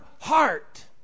heart